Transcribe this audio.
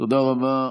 תודה רבה.